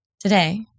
Today